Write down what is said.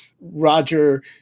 Roger